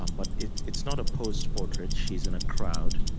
um but it's it's not a posed portrait. she's in a crowd,